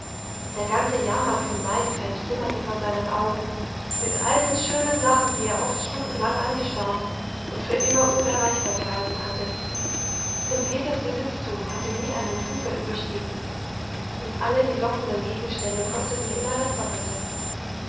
der ganze jahrmarkt von maienfeld flimmerte vor seinen augen mit all den schönen sachen die er oft stundenlang angestaunt und für immer unerreichbar gehalten hatte denn peters besitztum hatte nie einen fünfer überstiegen und alle die lockenden gegenstände kosteten immer das doppelte